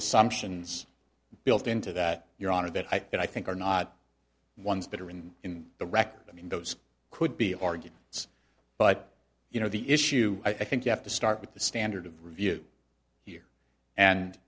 assumptions built into that your honor that i think are not ones that are in in the record i mean those could be arguments but you know the issue i think you have to start with the standard of review and